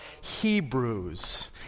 Hebrews